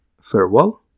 farewell